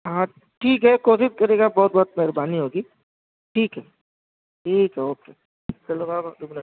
ہاں ٹھیک ہے کوشش کریے گا بہت بہت مہربانی ہوگی ٹھیک ہے ٹھیک ہے اوکے چلو بابا رُکنا